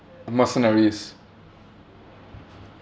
mercenaries